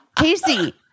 Casey